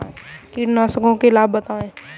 कीटनाशकों के लाभ बताएँ?